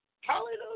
Hallelujah